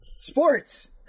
Sports